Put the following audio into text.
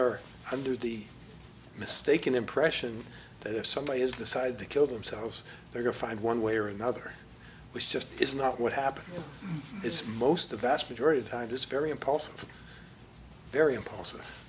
are under the mistaken impression that if somebody has decided to kill themselves they go find one way or another which just is not what happened it's most the vast majority of time just very impulsive very impulsive